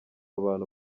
abantu